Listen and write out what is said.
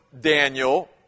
Daniel